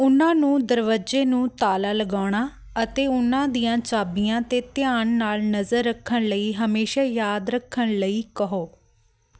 ਉਨ੍ਹਾਂ ਨੂੰ ਦਰਵਾਜ਼ੇ ਨੂੰ ਤਾਲਾ ਲਗਾਉਣਾ ਅਤੇ ਉਨ੍ਹਾਂ ਦੀਆਂ ਚਾਬੀਆਂ 'ਤੇ ਧਿਆਨ ਨਾਲ ਨਜ਼ਰ ਰੱਖਣ ਲਈ ਹਮੇਸ਼ਾ ਯਾਦ ਰੱਖਣ ਲਈ ਕਹੋ